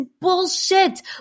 bullshit